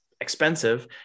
expensive